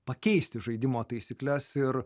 pakeisti žaidimo taisykles ir